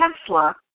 Tesla